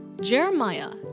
Jeremiah